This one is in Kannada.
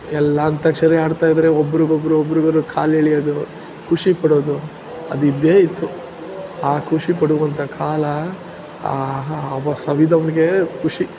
ಎಲ್ಲ ಅಂತ್ಯಾಕ್ಷರಿ ಹಾಡ್ತಾಯಿದ್ರೆ ಒಬ್ರಿಗೊಬ್ಬರು ಒಬ್ರಿಗೊಬ್ಬರು ಕಾಲೆಳೆಯೋದು ಖುಷಿ ಪಡೋದು ಅದಿದ್ದೇ ಇತ್ತು ಆ ಖುಷಿ ಪಡುವಂಥ ಕಾಲ ಆಹಾ ಅದು ಸವಿದವ್ನಿಗೆ ಖುಷಿ